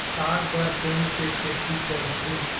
साग बर कोन से खेती परथे?